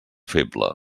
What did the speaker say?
feble